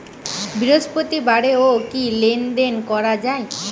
বৃহস্পতিবারেও কি লেনদেন করা যায়?